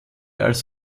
als